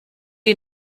you